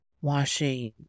washing